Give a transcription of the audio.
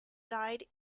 died